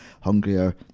hungrier